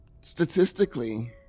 Statistically